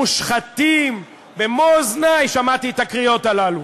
מושחתים, במו-אוזני שמעתי את הקריאות האלה